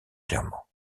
clairement